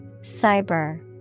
Cyber